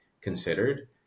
considered